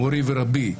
מורי ורבי.